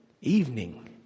evening